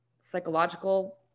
psychological